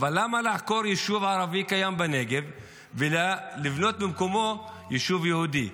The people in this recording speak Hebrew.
אבל למה לעקור יישוב ערבי קיים בנגב ולבנות במקומו יישוב יהודי?